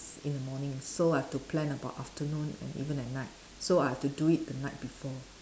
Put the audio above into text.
in the morning so I have to plan about afternoon and even at night so I have to do it the night before